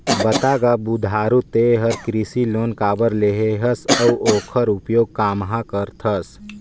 बता गा बुधारू ते हर कृसि लोन काबर लेहे हस अउ ओखर उपयोग काम्हा करथस